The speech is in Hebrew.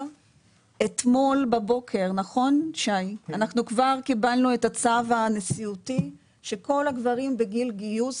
אתמול בבוקר אנחנו כבר קיבלנו את הצו הנשיאותי שכל הגברים בגיל גיוס,